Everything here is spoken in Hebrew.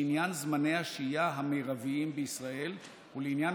לעניין זמני השהייה המרביים בישראל ולעניין